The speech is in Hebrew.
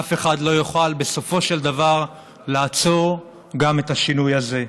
אף אחד לא יוכל בסופו של דבר לעצור את השינוי הזה.